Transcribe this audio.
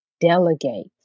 Delegate